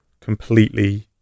completely